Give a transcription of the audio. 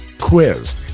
quiz